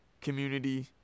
community